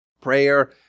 prayer